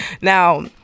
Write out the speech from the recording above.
Now